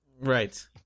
Right